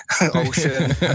ocean